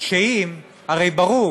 הרי ברור